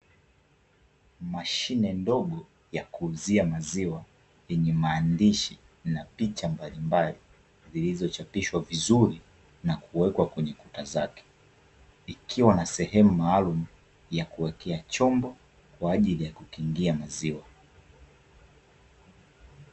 Mashine ndogo ya kuuzia maziwa, yenye maandishi na picha mbalimbali, zilizochapishwa vizuri na kuwekwa kwenye Kuta zake, ikiwa na sehemu maalumu ya kuwekea chombo kwaajili ya kukingia maziwa.